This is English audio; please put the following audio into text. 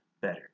better